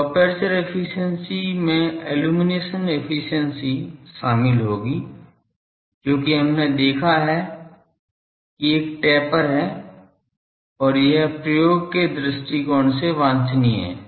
तो aperture efficiency में illumination efficiency शामिल होगी क्योंकि हमने देखा है कि एक टेपर है और यह प्रयोग के दृष्टिकोण से वांछनीय है